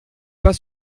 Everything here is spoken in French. pas